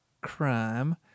crime